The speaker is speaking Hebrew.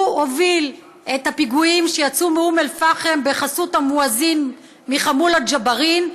הוא הוביל את הפיגועים שיצאו מאום אלפחם בחסות המואזין מחמולת ג'בארין,